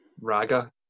Raga